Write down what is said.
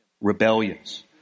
Rebellions